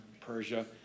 Persia